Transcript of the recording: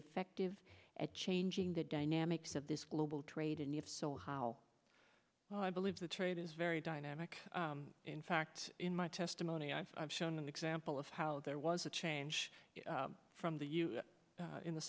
effective at changing the dynamics of this global trade and if so how well i believe the trade is very dynamic in fact in my testimony i've shown an example of how there was a change from the u s in the